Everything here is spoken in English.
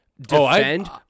defend